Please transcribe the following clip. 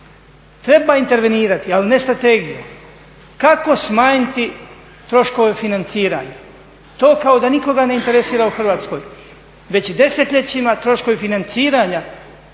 Treba intervenirati ali ne strategijom. Kako smanjiti troškove financiranja? To kao da nikoga ne interesira u Hrvatskoj. Već desetljećima troškovi financiranja